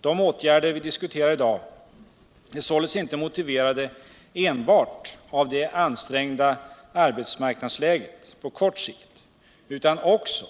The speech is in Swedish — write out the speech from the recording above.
De åtgärder vi diskuterar i dag är således inte motiverade enbart av det ansträngda arbetsmarknadsliget på kort sikt utan också